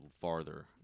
farther